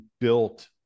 built